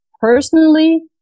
personally